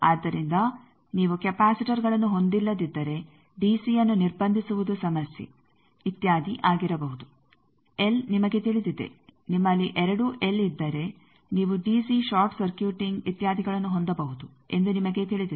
ಆದ್ದರಿಂದ ನೀವು ಕೆಪಾಸಿಟರ್ಗಳನ್ನು ಹೊಂದಿಲ್ಲದಿದ್ದರೆ ಡಿಸಿಯನ್ನು ನಿರ್ಬಂಧಿಸುವುದು ಸಮಸ್ಯೆ ಇತ್ಯಾದಿ ಆಗಿರಬಹುದು ಎಲ್ ನಿಮಗೆ ತಿಳಿದಿದೆ ನಿಮ್ಮಲ್ಲಿ ಎರಡೂ ಎಲ್ ಇದ್ದರೆ ನೀವು ಡಿಸಿ ಷಾರ್ಟ್ ಸರ್ಕ್ಯೂಟಿಂಗ್ ಇತ್ಯಾದಿಗಳನ್ನು ಹೊಂದಬಹುದು ಎಂದು ನಿಮಗೆ ತಿಳಿದಿದೆ